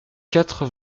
quatre